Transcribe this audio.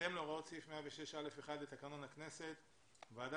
"בהתאם להוראות סעיף 106.א.1 לתקנון הכנסת הוועדה